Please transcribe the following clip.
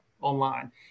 online